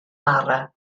bara